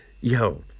yo